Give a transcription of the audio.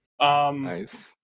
Nice